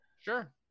Sure